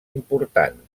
important